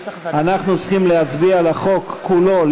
אנחנו צריכים להצביע על החוק כולו,